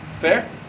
Fair